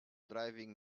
driving